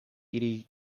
ili